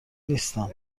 نیستم